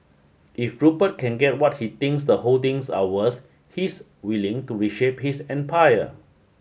if Rupert can get what he thinks the holdings are worth he's willing to reshape his empire